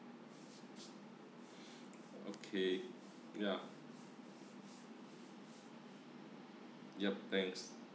okay ya yup thanks